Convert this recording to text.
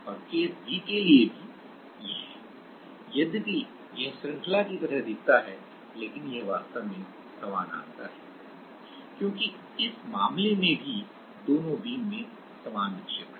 और b case के लिए भी यह है यद्यपि यह श्रृंखला की तरह दिखता है लेकिन यह वास्तव में समानांतर है क्योंकि इस मामले में भी दोनों बीम में समान विक्षेपण है